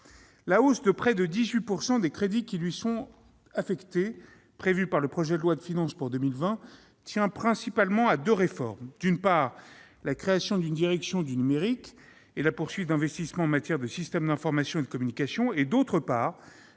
La hausse de près de 18 % des crédits qui sont affectés à cette mission, prévue par le projet de loi de finances pour 2020, tient principalement à deux réformes : d'une part, la création d'une direction du numérique et la poursuite d'investissements en matière de systèmes d'information et de communication ; d'autre part,